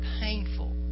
painful